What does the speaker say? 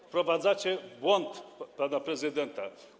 Wprowadzacie w błąd pana prezydenta.